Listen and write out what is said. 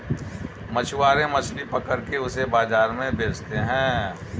मछुआरे मछली पकड़ के उसे बाजार में बेचते है